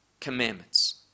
commandments